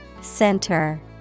Center